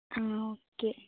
ആ ഓക്കെ